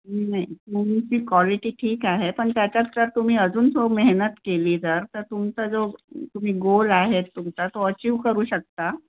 नाही तुमची क्वालिटी ठीक आहे पण त्याच्यात जर तुम्ही अजून थो मेहनत केली जर तर तुमचा जो तुम्ही गोल आहे तुमचा तो अचिव्ह करू शकता